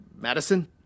Madison